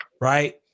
Right